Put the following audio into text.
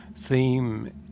theme